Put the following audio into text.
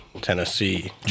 Tennessee